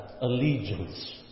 allegiance